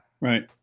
Right